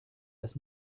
als